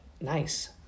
nice